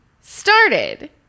started